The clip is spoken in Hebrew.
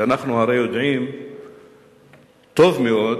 ואנחנו הרי יודעים טוב מאוד